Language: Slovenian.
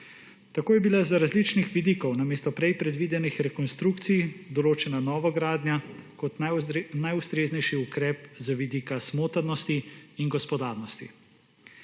Tako je bila z različnih vidikov namesto prej predvidenih rekonstrukcij določena novogradnja kot najustreznejši ukrep z vidika smotrnosti in gospodarnosti.